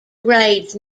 grades